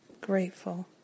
grateful